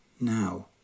now